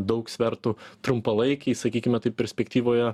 daug svertų trumpalaikėj sakykime taip perspektyvoje